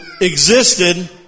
existed